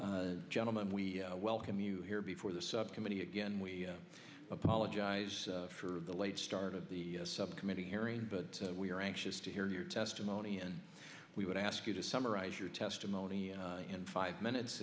gentlemen we welcome you here before the subcommittee again we apologize for the late start of the subcommittee hearing but we are anxious to hear your testimony and we would ask you to summarize your testimony in five minutes